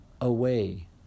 away